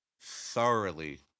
thoroughly